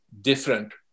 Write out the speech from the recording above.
different